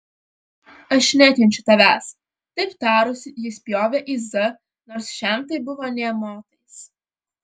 aš nekenčiu tavęs taip tarusi ji spjovė į z nors šiam tai buvo nė motais